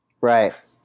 Right